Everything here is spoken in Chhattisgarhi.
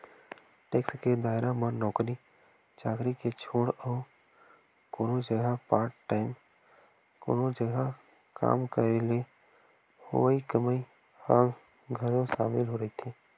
टेक्स के दायरा म नौकरी चाकरी के छोड़ अउ कोनो जघा पार्ट टाइम कोनो जघा काम करे ले होवई कमई ह घलो सामिल रहिथे